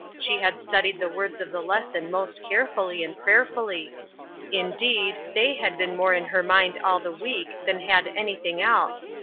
she had studied the words of the lesson most carefully and prayerfully indeed, they had been more in her mind all the week than had anything else.